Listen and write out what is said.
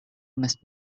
must